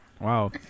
Wow